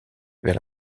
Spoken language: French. vers